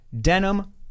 denim